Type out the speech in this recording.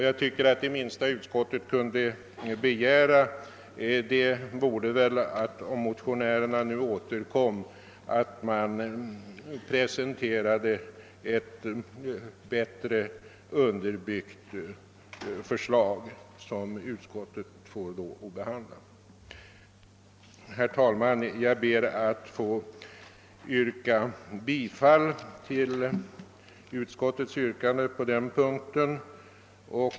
Jag tycker att det minsta utskottet kan begära, om motionärerna skulle återkomma, är att det presenteras ett bätt re underbyggt förslag som utskottet får behandla. Herr talman!